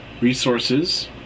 resources